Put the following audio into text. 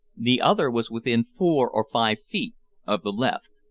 the other was within four or five feet of the left.